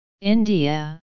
India